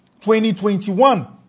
2021